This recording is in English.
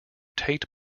tate